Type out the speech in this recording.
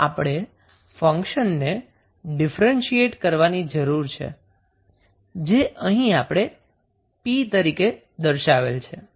તો આપણે ફંક્શનને ડિફરન્શીએટ કરવાની જરૂર છે જે અહિ આપણે 𝑝 તરીકે દર્શાવેલ છે